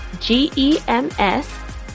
G-E-M-S